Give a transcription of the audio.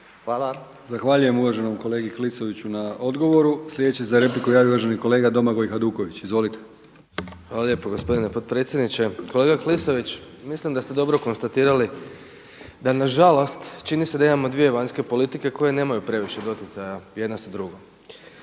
(HDZ)** Zahvaljujem uvaženom kolegi Klisoviću na odgovoru. Sljedeći se za repliku javio uvaženi kolega Domagoj Hajduković. Izvolite. **Hajduković, Domagoj (SDP)** Hvala lijepo gospodine potpredsjedniče. Kolega Klisović, mislim da ste dobro konstatirali da nažalost čini se da imamo dvije vanjske politike koje nemaju previše doticaja jedna sa drugom.